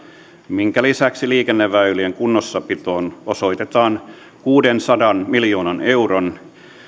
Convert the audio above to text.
minkä lisäksi liikenneväylien kunnossapitoon osoitetaan kuudensadan miljoonan euron